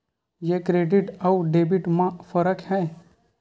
ये क्रेडिट आऊ डेबिट मा का फरक है?